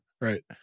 Right